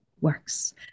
works